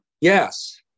Yes